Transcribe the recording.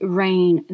rain